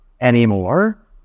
anymore